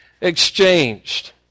Exchanged